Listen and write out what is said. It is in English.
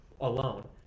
alone